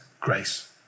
grace